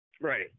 Right